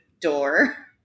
door